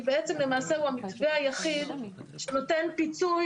כי בעצם למעשה הוא המתווה היחיד שנותן פיצוי